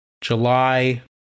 July